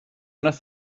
wnaeth